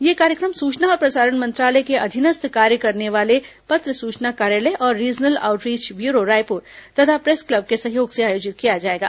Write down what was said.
यह कार्यक्रम सुचना और प्रसारण मंत्रालय के अधीनस्थ कार्य करने वाले पत्र सूचना कार्यालय और रीजनल आउटरीच ब्यूरो रायपुर तथा प्रेस क्लब के सहयोग से आयोजित किया जाएगा